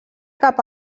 cap